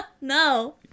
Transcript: No